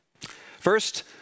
First